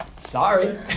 Sorry